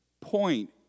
point